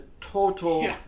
total